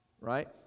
right